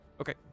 Okay